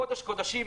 קודש קודשים.